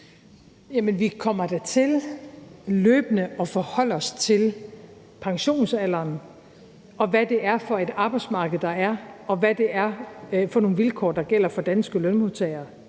vi kommer da til løbende at forholde os til pensionsalderen, hvad det er for et arbejdsmarked, der er, og hvad det er for nogle vilkår, der gælder for danske lønmodtagere.